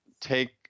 take